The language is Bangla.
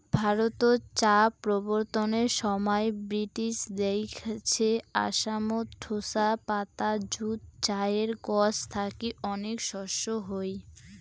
ভারতত চা প্রবর্তনের সমাই ব্রিটিশ দেইখছে আসামত ঢোসা পাতা যুত চায়ের গছ থাকি অনেক শস্য হই